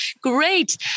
great